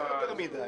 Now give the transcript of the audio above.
גם זה יותר מדיי,